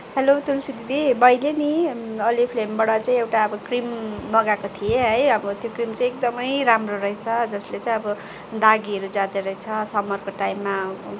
hello Tulsi दिदी मैले नि ओरिफ्लेमबाट चाहिँ एउटा अब क्रिम मगाएको थिएँ है अब त्यो क्रिम चाहिँ एकदमै राम्रो रहेछ जसले चाहिँ अब दागीहरू जाँदोरहेछ समरको टाइममा